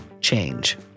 change